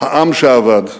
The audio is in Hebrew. העם שאבד,